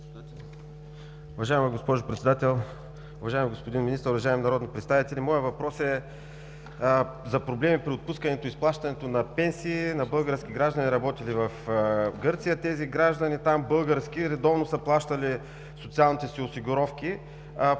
Уважаема госпожо Председател, уважаеми господин Министър, уважаеми народни представители! Моят въпрос е за проблеми при отпускането и изплащането на пенсии на български граждани, работили в Гърция. Тези български граждани там редовно са плащали социалните си осигуровки.